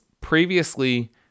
previously